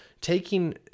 taking